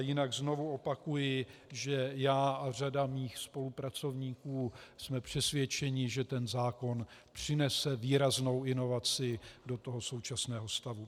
Jinak znovu opakuji, že já a řada mých spolupracovníků jsme přesvědčeni, že ten zákon přinese výraznou inovaci do současného stavu.